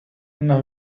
إنه